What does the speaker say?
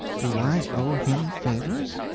do i owe him favors?